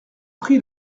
prix